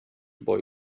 boy